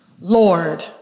Lord